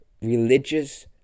religious